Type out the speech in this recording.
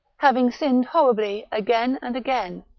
having sinned horribly again and again,